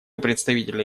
представителя